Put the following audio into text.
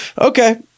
Okay